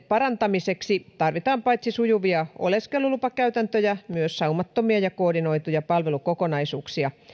parantamiseksi tarvitaan paitsi sujuvia oleskelulupakäytäntöjä myös saumattomia ja koordinoituja palvelukokonaisuuksia